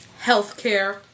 healthcare